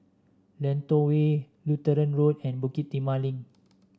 Lentor Way Lutheran Road and Bukit Timah Link